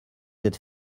êtes